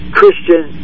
Christian